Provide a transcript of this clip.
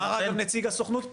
אמר גם נציג הסוכנות פה,